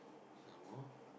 some more